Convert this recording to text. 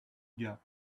gap